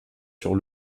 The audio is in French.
sur